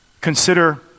Consider